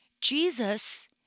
Jesus